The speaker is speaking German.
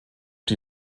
die